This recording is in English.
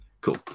cool